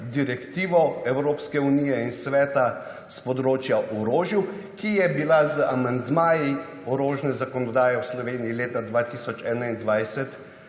direktivo Evropske unije in Sveta s področja orožja, ki je bila z amandmaji orožne zakonodaje v Sloveniji leta 2021